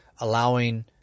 allowing